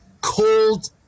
cold